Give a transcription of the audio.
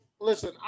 Listen